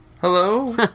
Hello